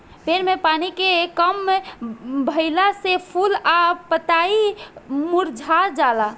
पेड़ में पानी के कम भईला से फूल आ पतई मुरझा जाला